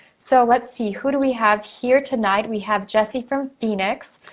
so, let's see, who do we have here tonight? we have jessie from phoenix.